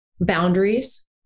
boundaries